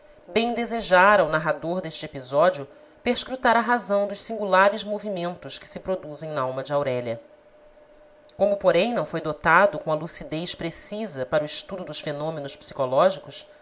bem desejara o narrador deste episódio perscrutar a razão dos singulares movimentos que se produzem nalma de aurélia como porém não foi dotado com a lucidez precisa para o estudo dos fenômenos psicológicos